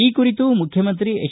ಈ ಕುರಿತು ಮುಖ್ಯಮಂತ್ರಿ ಎಚ್